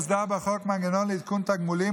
הוסדר בחוק מנגנון לעדכון תגמולים,